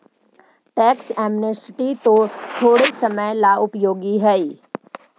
tax amnesty थोड़े समय ला उपयोगी हई